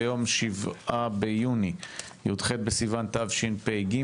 היום 7 ביוני י"ח בסיוון תשפ"ג,